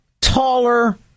taller